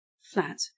flat